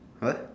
what